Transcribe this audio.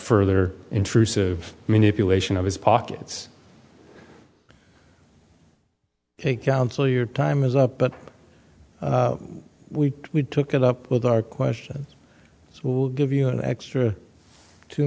further intrusive manipulation of his pockets and counsel your time is up but we would took it up with our questions will give you an extra two